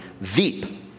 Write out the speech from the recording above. Veep